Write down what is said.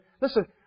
Listen